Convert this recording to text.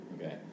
okay